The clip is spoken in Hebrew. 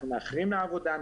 אנחנו מאחרים לעבודה,